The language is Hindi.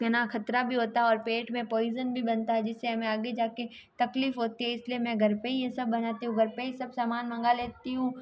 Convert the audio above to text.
खतरा भी होता है और पेट में पॉइज़न भी बनता है जिससे हमें आगे जाके तकलीफ़ होती है इसलिए मैं घर पे ही ये सब बनाती हूँ घर पे ही सब सामान मंगा लेती हूँ